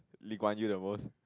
Lee Kuan Yew the most